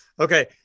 Okay